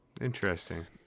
Interesting